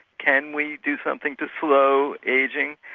can we do something to slow ageing?